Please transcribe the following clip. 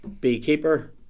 Beekeeper